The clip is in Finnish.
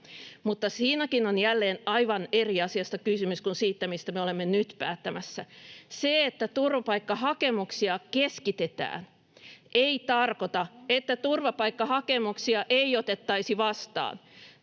mutta siinäkin on jälleen aivan eri asiasta kysymys kuin siitä, mistä me olemme nyt päättämässä. Se, että turvapaikkahakemuksia keskitetään, ei tarkoita, että turvapaikkahakemuksia ei otettaisi vastaan.